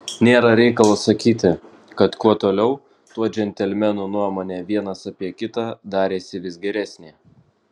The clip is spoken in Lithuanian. nėra reikalo sakyti kad kuo toliau tuo džentelmenų nuomonė vienas apie kitą darėsi vis geresnė